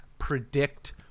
Predict